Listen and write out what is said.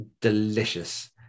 delicious